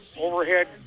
overhead